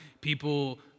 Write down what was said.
people